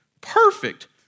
Perfect